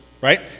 right